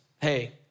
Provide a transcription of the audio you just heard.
Hey